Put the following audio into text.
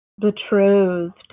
betrothed